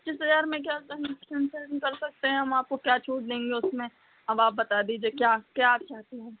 पच्चीस हजार में क्या कनसेसन कर सकते हैं हम आपको क्या छूट देंगे उसमें अब आप बता दीजिए क्या क्या आप चाहती हैं